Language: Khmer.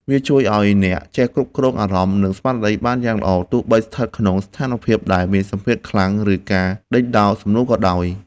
វាជួយឱ្យអ្នកចេះគ្រប់គ្រងអារម្មណ៍ និងស្មារតីបានយ៉ាងល្អ ទោះបីស្ថិតក្នុងស្ថានភាពដែលមានសម្ពាធខ្លាំង ឬការដេញដោលសំណួរក៏ដោយ។